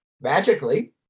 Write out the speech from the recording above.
magically